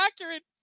accurate